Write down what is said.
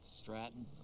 Stratton